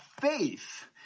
faith